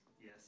Yes